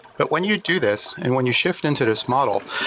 but when you do this and when you shift into this model,